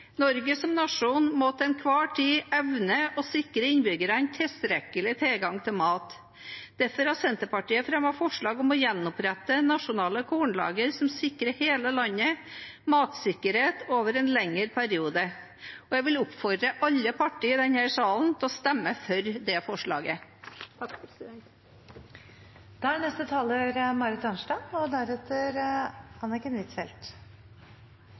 Norge som nasjon må til enhver tid evne å sikre innbyggerne tilstrekkelig tilgang til mat. Derfor har Senterpartiet fremmet forslag om å gjenopprette nasjonale kornlagre, som sikrer hele landet matsikkerhet over en lengre periode. Jeg vil oppfordre alle partiene i denne salen til å stemme for det forslaget. Forsvarspolitikken er viktig. Den angår oss alle, og